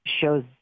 shows